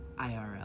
IRL